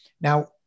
Now